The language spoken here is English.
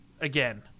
Again